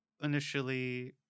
initially